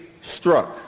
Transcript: struck